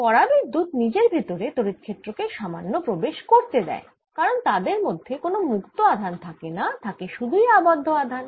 পরাবিদ্যুত নিজের ভেতরে তড়িৎ ক্ষেত্র কে সামান্য প্রবেশ করতে দেয় কারণ তাদের মধ্যে কোন মুক্ত আধান থাকেনা থাকে সুধুই আবদ্ধ আধান